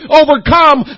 overcome